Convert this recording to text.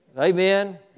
Amen